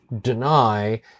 deny